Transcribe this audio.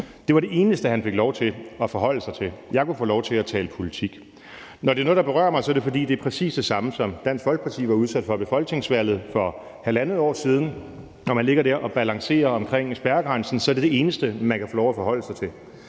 Det var det eneste, han fik lov til at forholde sig til. Jeg kunne få lov til at tale politik. Når det er noget, der berører mig, er det, fordi det er præcis det samme, som Dansk Folkeparti var udsat for ved folketingsvalget for halvandet år siden. Når man ligger der og balancerer omkring spærregrænsen, er det det eneste, man kan få lov at forholde sig til.